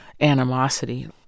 animosity